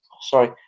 Sorry